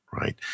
right